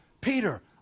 Peter